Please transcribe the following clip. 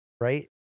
Right